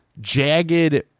Jagged